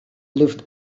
lived